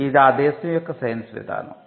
ఇది ఆ దేశం యొక్క సైన్స్ విధానం